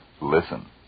listen